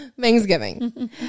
Thanksgiving